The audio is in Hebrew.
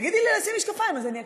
תגידי לי לשים משקפיים, אז אני אקשיב.